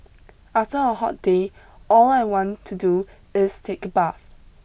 after a hot day all I want to do is take a bath